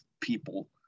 people